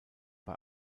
bei